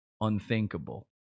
unthinkable